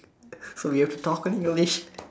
so we have to talk in English